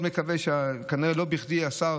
כנראה לא בכדי השר